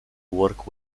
work